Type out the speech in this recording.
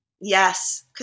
Yes